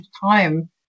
time